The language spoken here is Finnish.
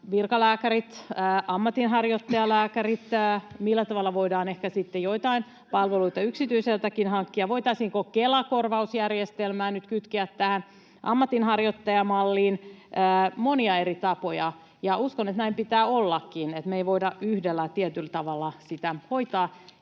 virkalääkärit, ammatinharjoittajalääkärit, millä tavalla voidaan ehkä sitten joitain palveluita yksityiseltäkin hankkia, voitaisiinko Kela-korvausjärjestelmää nyt kytkeä tähän ammatinharjoittajamalliin — monia eri tapoja, ja uskon, että näin pitää ollakin eikä me voida yhdellä tietyllä tavalla sitä hoitaa.